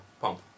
pump